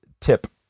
tip